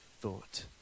thought